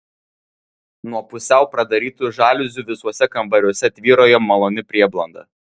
nuo pusiau pradarytų žaliuzių visuose kambariuose tvyrojo maloni prieblanda